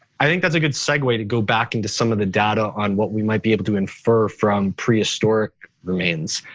i think that's a good segue to go back into some of the data on what we might be able to infer from prehistoric remains.